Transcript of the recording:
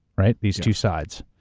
right? these two sides.